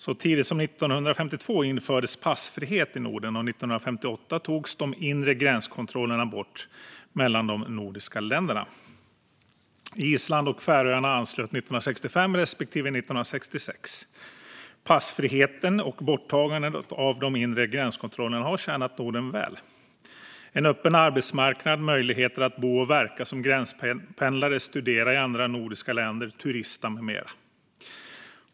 Så tidigt som 1952 infördes passfrihet i Norden, och 1958 togs de inre gränskontrollerna bort mellan de nordiska länderna. Island och Färöarna anslöt 1965 respektive 1966. Passfriheten och borttagandet av de inre gränskontrollerna har tjänat Norden väl. Detta har inneburit en öppen arbetsmarknad samt möjligheter att bo och verka som gränspendlare, studera i andra nordiska länder, turista med mera.